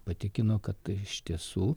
patikino kad iš tiesų